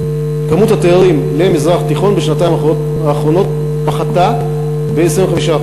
כמות התיירים למזרח התיכון בשנתיים האחרונות פחתה ב-25%,